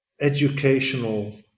educational